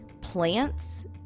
plants